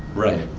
right,